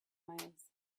miles